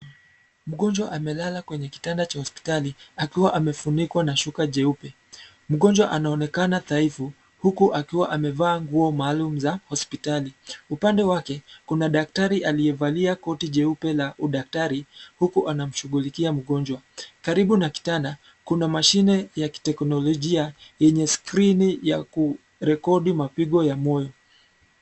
Mgonjwa amelala kwenye kitanda cha hospitali akiwa amefunikwa na shuka jeupe. Mgonjwa anaonekana dhaifu huku akiwa amevaa nguo maalum za hospitali, upande wake kuna daktari aliyevalia koti jeupe la udaktari huku anamshughulikia mgonjwa. Karibu na kitanda kuna mashine ya teknolojia yenye skrini ya kurekodi mapigo ya moyo.